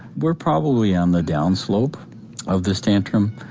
we're probably on the down slope of this tantrum.